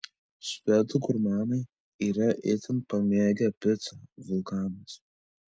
švedų gurmanai yra itin pamėgę picą vulkanas